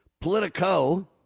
politico